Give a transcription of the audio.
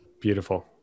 Beautiful